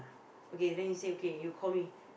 okay then you say okay you call me